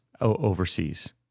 overseas